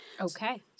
okay